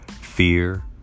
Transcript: fear